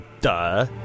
Duh